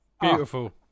beautiful